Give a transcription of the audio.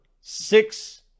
six